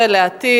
ולעתיד,